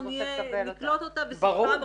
אנחנו נקלוט אותה בשמחה,